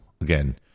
again